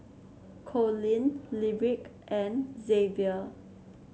Collin Lyric and Xavier